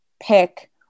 pick